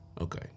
okay